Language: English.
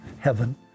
heaven